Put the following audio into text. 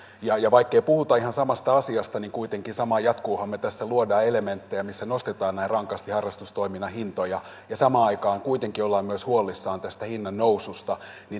ja vaikkei puhuta ihan samasta asiasta niin kuitenkin samahan jatkuu me tässä luomme elementtejä missä nostetaan näin rankasti harrastustoiminnan hintoja ja samaan aikaan kuitenkin olemme myös huolissamme tästä hinnan noususta